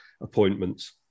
appointments